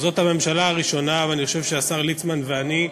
זאת הממשלה הראשונה, אני חושב שהשר ליצמן ואני,